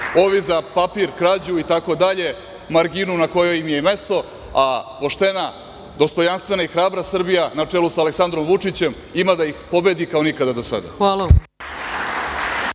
ovi za papir, krađu itd, marginu na kojoj im je mesto, a poštena, dostojanstvena i hrabra Srbija na čelu sa Aleksandrom Vučićem ima da ih pobedi kao nikada do sada.